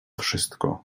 wszystko